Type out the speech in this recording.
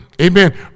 Amen